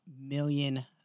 million